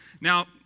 Now